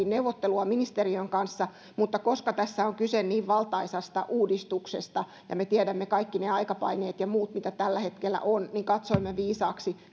neuvottelua ministeriön kanssa mutta koska tässä on kyse niin valtaisasta uudistuksesta ja me tiedämme kaikki ne aikapaineet ja muut mitä tällä hetkellä on niin katsoimme viisaaksi